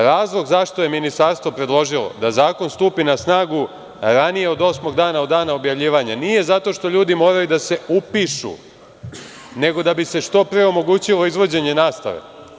Razlog zašto je Ministarstvo predložilo da zakon stupi na snagu ranije od osmog dana od dana objavljivanja nije zato što ljudi moraju da se upišu nego da bi se što pre omogućilo izvođenje nastave.